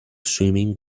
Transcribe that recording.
swimming